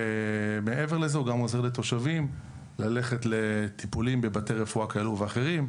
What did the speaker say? ומעבר לזה הוא גם עוזר לתושבים ללכת לטיפולים בבתי רפואה כאלו ואחרים.